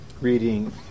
reading